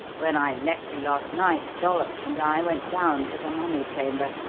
when i left you last night, dollops and i went down to the mummy-chamber,